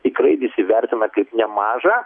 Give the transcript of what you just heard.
tikrai visi vertina kaip nemažą